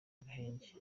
agahenge